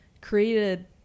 created